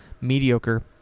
mediocre